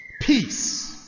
Peace